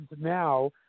now